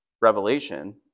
Revelation